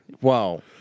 Wow